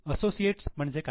associate म्हणजे काय